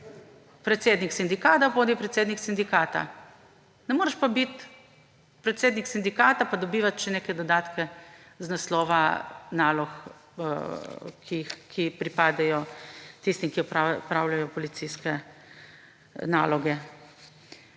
predsednik sindikata, bodi predsednik sindikata. Ne moreš pa biti predsednik sindikata pa dobivati še neke dodatke z naslova nalog, ki pripadajo tistim, ki opravljajo policijske naloge.